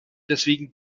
deswegen